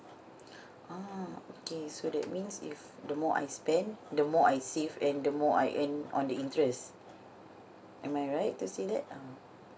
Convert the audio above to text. ah okay so that means if the more I spend the more I save and the more I earn on the interest am I right to say that um